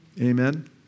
Amen